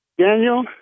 Daniel